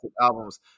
albums